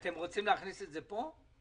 אתם רוצים להכניס את זה פה?